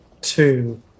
two